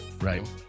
Right